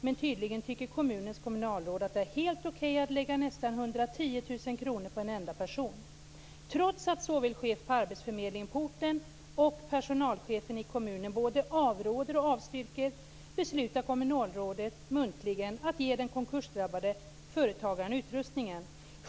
Men tydligen tycker kommunens kommunalråd att det är helt okej att lägga nästan 110 000 kr på en enda person. Trots att såväl chefen på arbetsförmedlingen på orten och personalchefen i kommunen både avråder och avstyrker, beslutar kommunalrådet muntligen att ge den konkursdrabbade företagaren utrustningen.